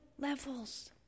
levels